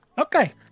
Okay